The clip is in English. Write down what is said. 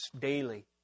daily